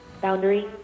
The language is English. Boundary